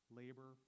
labor